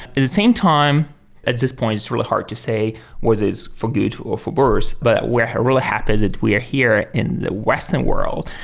at the same time at this point, it's really hard to say whether it's for good or for worse. but we're really happy that we are here in the western world,